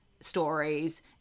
stories